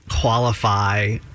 qualify